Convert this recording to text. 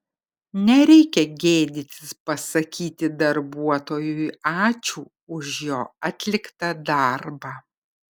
nereikia gėdytis pasakyti darbuotojui ačiū už jo atliktą darbą